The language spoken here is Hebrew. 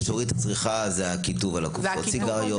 מה שהוריד את הצריכה זה הכיתוב על קופסאות הסיגריות